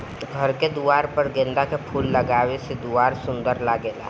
घर के दुआर पर गेंदा के फूल लगावे से दुआर सुंदर लागेला